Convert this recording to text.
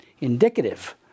indicative